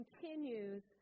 continues